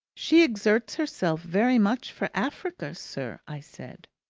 she exerts herself very much for africa, sir, i said.